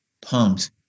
pumped